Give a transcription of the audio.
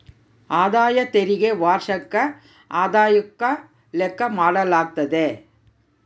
ಆದಾಯ ತೆರಿಗೆ ವಾರ್ಷಿಕ ಆದಾಯುಕ್ಕ ಲೆಕ್ಕ ಮಾಡಾಲಾಗ್ತತೆ